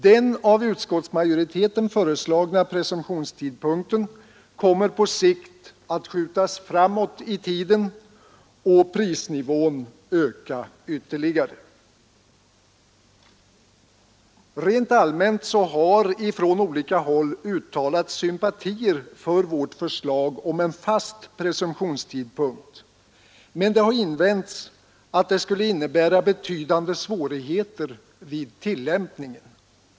Den av utskottsmajoriteten föreslagna presumtionstidpunkten kommer på sikt att skjutas framåt i tiden och prisnivån att stiga ytterligare. Rent allmänt har från olika håll uttalats sympatier för vårt förslag om en fast presumtionstidpunkt, men det har invänts att det skulle innebära betydande svårigheter vid tillämpningen.